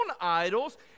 idols